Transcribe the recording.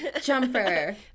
Jumper